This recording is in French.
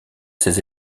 ces